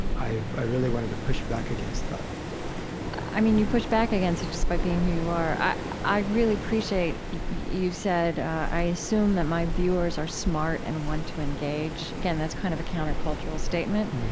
i i really wanted to push back against that i mean, you pushed back against it, just in by being who you are. i i really appreciate you said, i assume that my viewers are smart and want to engage. again, that's kind of a countercultural statement.